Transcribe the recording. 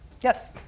Yes